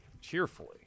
cheerfully